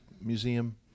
museum